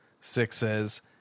sixes